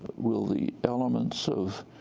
will the elements of